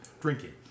drinking